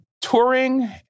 touring